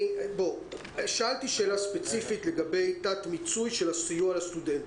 שאלתי שאלה ספציפית לגבי תת-מיצוי של הסיוע לסטודנטים.